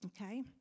Okay